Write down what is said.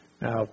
Now